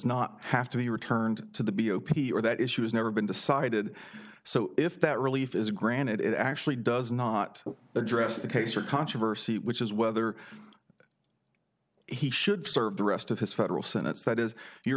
not have to be returned to the b o p or that issue has never been decided so if that really is granted it actually does not address the case or controversy which is whether he should serve the rest of his federal senates that is you're